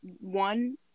one